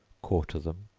quarter them,